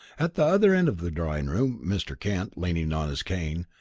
at the other end of the drawing-room mr. kent, leaning on his cane,